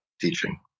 teaching